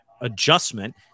adjustment